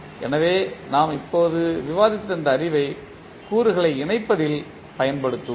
எனவே நாம் இப்போது விவாதித்த இந்த அறிவை கூறுகளை இணைப்பதில் பயன்படுத்துவோம்